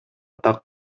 так